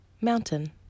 Mountain